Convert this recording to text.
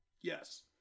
Yes